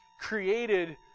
created